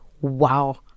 wow